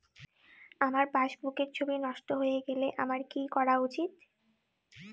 আমার পাসবুকের ছবি নষ্ট হয়ে গেলে আমার কী করা উচিৎ?